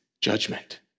judgment